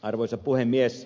arvoisa puhemies